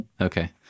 Okay